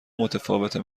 متفاوته